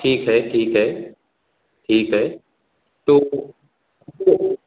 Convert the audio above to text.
ठीक है ठीक है ठीक है तो